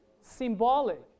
Symbolic